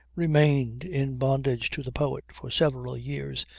remained in bondage to the poet for several years,